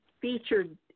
featured